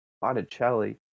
Botticelli